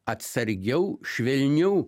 atsargiau švelniau